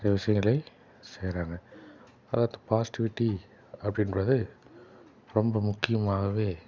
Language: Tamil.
நிறையா விஷயங்களை செய்யறாங்க அதை பாசிட்டிவிட்டி அப்படின்றது ரொம்ப முக்கியமாகவே